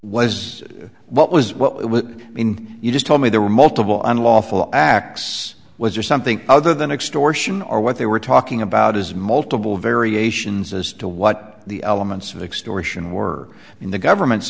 was what was i mean you just told me there were multiple unlawful acts was there something other than extortion or what they were talking about is multiple variations as to what the elements of extortion were in the government's